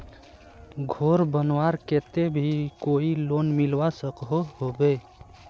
घोर बनवार केते भी कोई लोन मिलवा सकोहो होबे?